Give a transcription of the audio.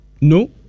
no